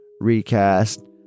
recast